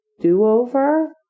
do-over